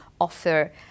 offer